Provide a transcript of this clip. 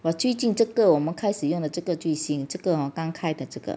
我最近这个我们开始用的这个最新这个刚开的这个